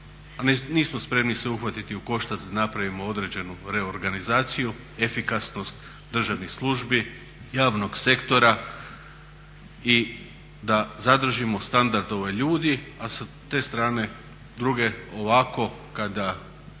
nismo spremni se uhvatiti u koštac da napravimo određenu reorganizaciju, efikasnost državnih službi, javnog sektora i da zadržimo standard ljudi a sa te strane druge ovako kada